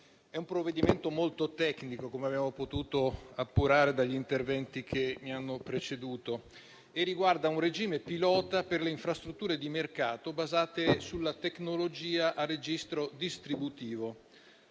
è un provvedimento molto tecnico, come abbiamo potuto appurare dagli interventi che mi hanno preceduto, e riguarda un regime pilota per le infrastrutture di mercato basate sulla tecnologia a registro distribuito,